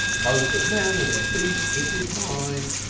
both of man and of beast it is mine